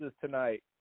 tonight